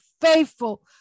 faithful